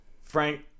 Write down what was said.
Frank